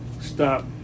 stop